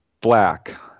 black